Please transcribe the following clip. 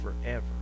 forever